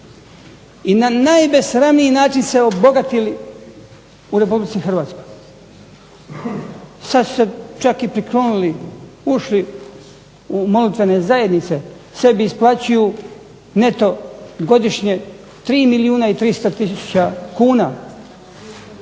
i najbesramniji način se obogati u RH, sada su se čak priklonili, ušli u molitvene zajednice, sebi isplaćuju neto godišnje 3 milijuna 300 tisuća kuna,